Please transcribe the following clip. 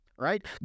Right